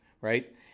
Right